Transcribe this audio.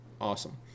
awesome